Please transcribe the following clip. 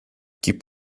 gibt